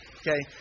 okay